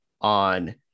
on